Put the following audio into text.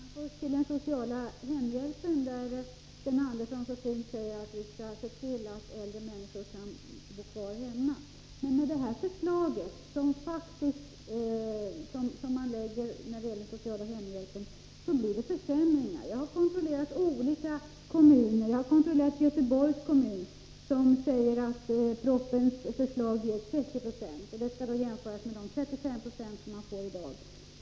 Fru talman! Först några ord om den sociala hemhjälpen, där Sten Andersson så fint säger att vi skall se till att äldre människor kan bo kvar hemma. Men med det förslag som nu lagts fram när det gäller den sociala hemhjälpen blir det faktiskt försämringar. Jag har kontrollerat olika kommuner. Jag har kontrollerat Göteborgs kommun, som betonar att propositionens förslag innebär 30 96 — och att det skall jämföras med 35 90 i dag.